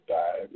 die